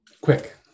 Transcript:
Quick